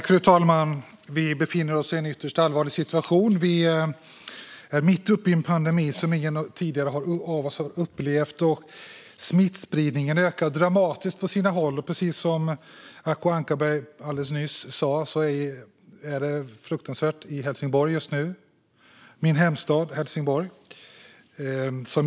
Fru talman! Vi befinner oss i en ytterst allvarlig situation. Vi är mitt uppe i en pandemi som ingen av oss tidigare har upplevt. Smittspridningen ökar dramatiskt på sina håll. Precis som Acko Ankarberg alldeles nyss sa är det just nu fruktansvärt i min hemstad Helsingborg.